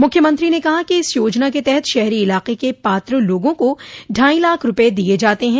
मुख्यमंत्री ने कहा इस योजना के तहत शहरी इलाके के पात्र लोगों को ढाई लाख रूपये दिये जाते हैं